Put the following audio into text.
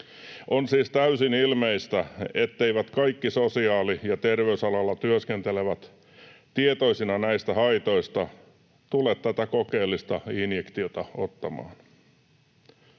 On siis täysin ilmeistä, etteivät kaikki sosiaali‑ ja terveysalalla työskentelevät, tietoisina näistä haitoista, tule tätä kokeellista injektiota ottamaan.